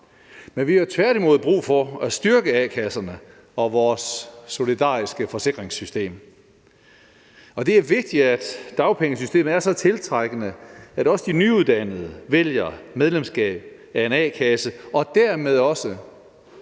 Men vi har jo tværtimod brug for at styrke a-kasserne og vores solidariske forsikringssystem. Det er vigtigt, at dagpengesystemet er så tiltrækkende, at også de nyuddannede vælger medlemskab af en a-kasse og dermed også